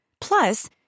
Plus